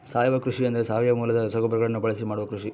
ಸಾವಯವ ಕೃಷಿ ಎಂದರೆ ಸಾವಯವ ಮೂಲದ ರಸಗೊಬ್ಬರಗಳನ್ನು ಬಳಸಿ ಮಾಡುವ ಕೃಷಿ